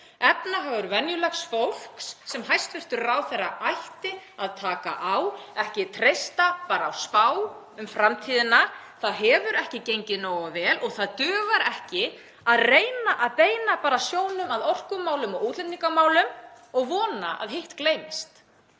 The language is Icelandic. efnahagur venjulegs fólks, sem hæstv. ráðherra ætti að taka á, ekki að treysta bara á spá um framtíðina. Það hefur ekki gengið nógu vel og það dugar ekki að reyna að beina bara sjónum að orkumálum og útlendingamálum og vona að hitt gleymist.